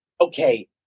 Okay